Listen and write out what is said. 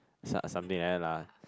some something like that lah